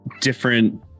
different